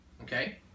okay